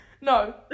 No